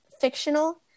fictional